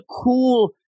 cool